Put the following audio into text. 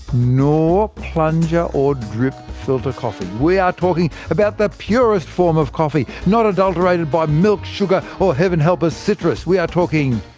nor plunger or drip filter coffee. we are talking about the purest form of coffee, not adulterated by milk, sugar, or heaven help us, citrus. we are talking.